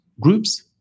groups